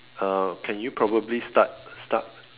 uh can you probably start start